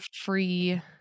free